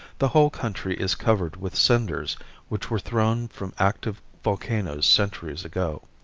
the whole country is covered with cinders which were thrown from active volcanoes centuries ago.